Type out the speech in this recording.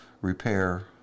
repair